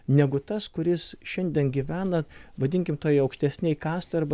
negu tas kuris šiandien gyvena vadinkim toj aukštesnėj kastoje arba